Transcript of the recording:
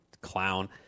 clown